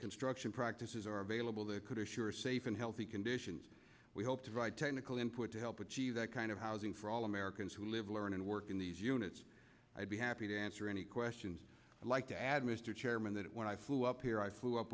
construction practices are available that could assure a safe and healthy conditions we hope to ride technical input to help achieve that kind of housing for all americans who live learn and work in these units i'd be happy to answer any questions i'd like to add mr chairman that when i flew up here i flew up